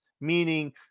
meaning